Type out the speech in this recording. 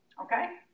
Okay